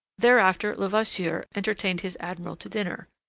thereafter levasseur entertained his admiral to dinner,